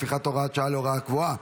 הפיכת הוראת שעה להוראה קבועה),